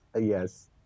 Yes